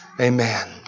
Amen